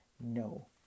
no